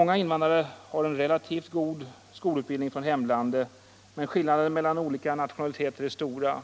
Många invandrare har en relativt god skolutbildning från hemlandet, men skillnaderna mellan olika nationaliteter är stora.